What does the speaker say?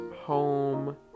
home